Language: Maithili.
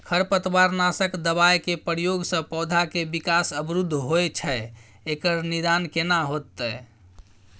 खरपतवार नासक दबाय के प्रयोग स पौधा के विकास अवरुध होय छैय एकर निदान केना होतय?